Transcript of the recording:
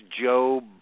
Joe